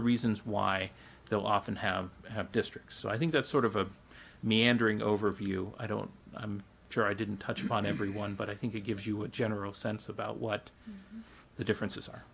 are reasons why they'll often have had districts so i think that's sort of a meandering overview i don't i'm sure i didn't touch upon everyone but i think it gives you a general sense about what the differences are